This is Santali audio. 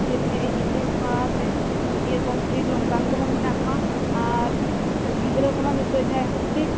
ᱪᱮᱫᱞᱤᱧ ᱞᱟ ᱭᱟ ᱟᱭᱤᱪᱮᱥ ᱯᱟᱥ ᱵᱤᱭᱮ ᱠᱚᱢᱯᱞᱤᱴ ᱱᱚᱝᱠᱟᱱ ᱠᱚᱦᱚᱸ ᱢᱮᱱᱟᱜ ᱠᱚᱣᱟ ᱟᱨ ᱜᱤᱫᱽᱨᱟ ᱠᱚᱦᱚᱸ ᱱᱤᱛᱚᱜ ᱡᱟᱦᱟᱸᱭ ᱦᱩᱰᱤ